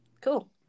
Cool